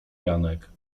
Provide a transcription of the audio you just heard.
janek